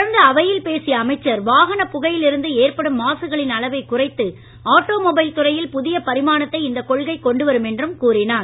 தொடர்ந்து அவையில் பேசிய அமைச்சர் வாகன புகையில் இருந்து ஏற்படும் மாசுகளின் அளவை குறைத்து ஆட்டோமொபைல் துறையில் புதிய பரிமாணத்தை இந்த கொள்கை கொண்டு வரும் என்றும் அவர் மேலும் கூறினார்